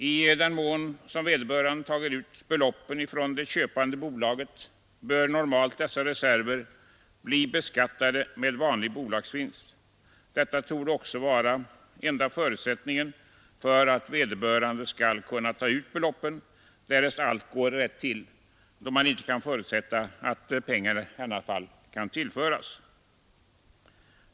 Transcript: I den mån som vederbörande tar ut beloppen från det köpande bolaget bör normalt dessa reserver bli beskattade som vanlig bolagsvinst. Detta torde också vara enda förutsättningen för att vederbörande skall kunna ta ut beloppen, därest allt går rätt till, då man inte kan förutsätta att pengarna i annat fall kan tillföras.